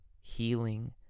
healing